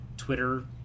twitter